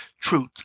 truth